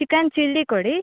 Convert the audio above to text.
chicken chilli ಕೊಡಿ